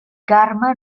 carme